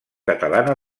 catalana